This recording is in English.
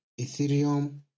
Ethereum